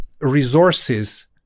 resources